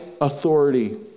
authority